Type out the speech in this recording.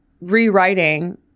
rewriting